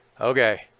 Okay